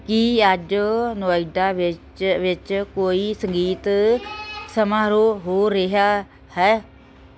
ਕੀ ਅੱਜ ਨੋਇਡਾ ਵਿੱਚ ਕੋਈ ਸੰਗੀਤ ਸਮਾਰੋਹ ਹੋ ਰਿਹਾ ਹੈ